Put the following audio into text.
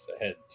ahead